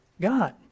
God